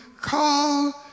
call